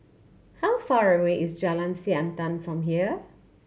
how far away is Jalan Siantan from here